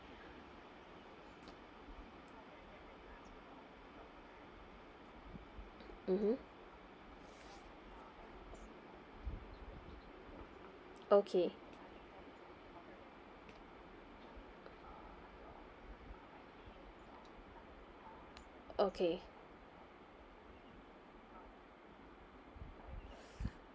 mmhmm okay okay